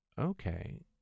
Okay